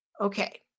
Okay